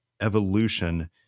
evolution